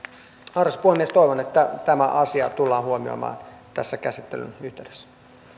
arvoisa puhemies toivon että tämä asia tullaan huomioimaan tässä käsittelyn yhteydessä